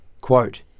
Quote